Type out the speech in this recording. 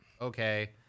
Okay